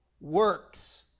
works